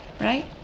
right